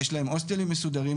יש להם הוסטלים מסודרים,